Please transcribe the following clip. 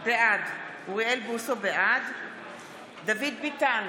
בעד דוד ביטן,